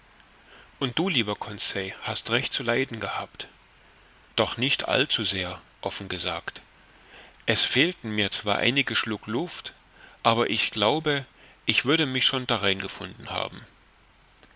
und du lieber conseil hast recht zu leiden gehabt doch nicht allzusehr offen gesagt es fehlten mir zwar einige schluck luft aber ich glaube ich würde mich schon darein gefunden haben